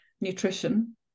nutrition